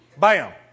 Bam